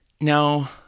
Now